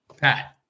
Pat